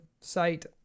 site